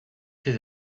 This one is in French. ces